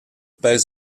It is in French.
pèse